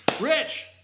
Rich